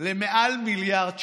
לעלות של מעל מיליארד שקלים.